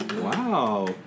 wow